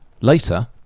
Later